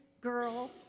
girl